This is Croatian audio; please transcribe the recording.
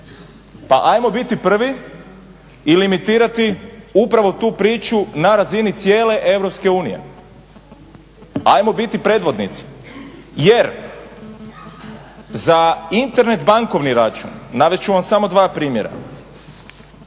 Pa ajmo biti prvi i limitirati upravo tu priču na razini cijele EU. Ajmo biti predvodnici jer za Internet bankovni račun, navest ću vam samo dva primjera